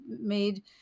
made